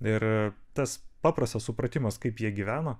ir tas paprastas supratimas kaip jie gyveno